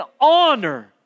honor